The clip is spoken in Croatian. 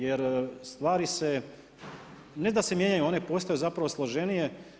Jer stvari se ne da se mijenjaju, one postaju zapravo složenije.